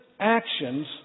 Actions